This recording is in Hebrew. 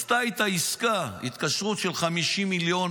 עשתה איתה עסקה, התקשרות של 50 מיליון